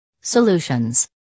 Solutions